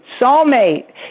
soulmate